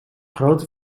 grote